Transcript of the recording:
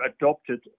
adopted